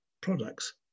products